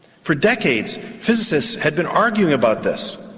for decades physicists had been arguing about this.